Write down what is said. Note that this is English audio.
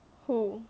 who